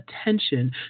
attention